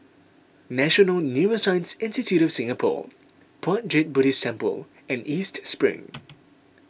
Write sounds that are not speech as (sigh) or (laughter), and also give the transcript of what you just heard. National Neuroscience Institute of Singapore Puat Jit Buddhist Temple and East Spring (noise)